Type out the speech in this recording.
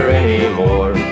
anymore